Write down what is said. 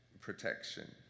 protection